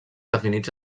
definits